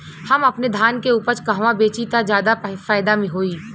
हम अपने धान के उपज कहवा बेंचि त ज्यादा फैदा होई?